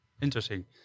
interesting